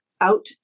out